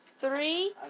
three